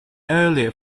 earlier